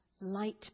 light